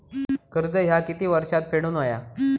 कर्ज ह्या किती वर्षात फेडून हव्या?